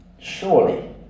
Surely